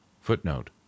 Footnote